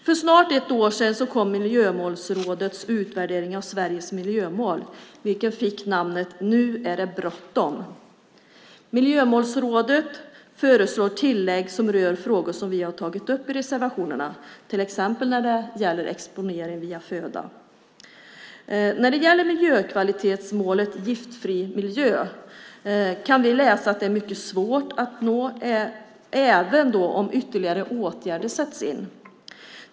För snart ett år sedan kom Miljömålsrådets utvärdering av Sveriges miljömål, Miljömålen - nu är det bråttom! Miljömålsrådet föreslår tillägg som rör frågor som vi har tagit upp i reservationerna, till exempel när det gäller exponering via föda. Vi kan läsa om att det är mycket svårt att nå miljökvalitetsmålet Giftfri miljö, även om ytterligare åtgärder sätts in.